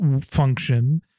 function